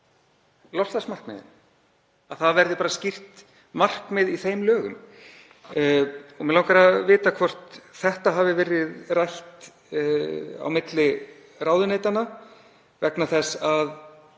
loftslagsmarkmiðin, að það verði bara skýrt markmið í þeim lögum. Mig langar að vita hvort þetta hafi verið rætt á milli ráðuneytanna vegna þess að